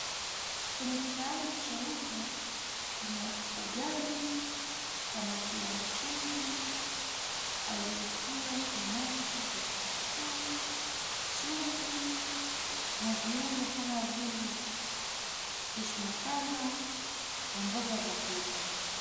Kwenye kisahani cheupe kuna ugali samaki wa mchuzi aliyetiwa tomato, vitunguu, chumvi na viungo kama vile fish masala na mboga za kienyeji.